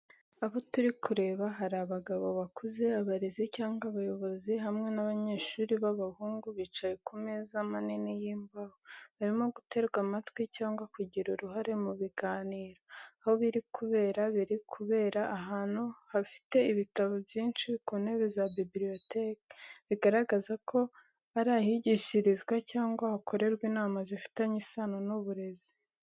Abo turi kureba hari abagabo bakuze, abarezi cyangwa abayobozi hamwe n'abanyeshuri b'abahungu bicaye ku meza minini y’imbaho, barimo gutega amatwi cyangwa kugira uruhare mu biganiro. Aho biri kubera biri kubera ahantu hafite ibitabo byinshi ku ntebe za bibliotheque, bigaragaza ko ari ahigishirizwa cyangwa hakorerwa inama zifitanye isano n’uburezi.